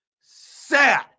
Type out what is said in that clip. sad